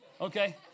Okay